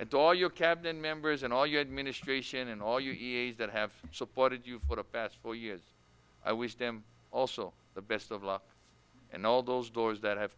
at all your cabinet members and all your administration and all you that have supported you for the past four years i wish them all still the best of luck and all those doors that have